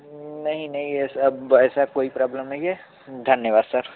नहीं नहीं ऐसा कोई प्रॉब्लम नहीं है धन्यवाद सर